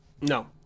No